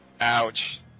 Ouch